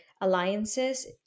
alliances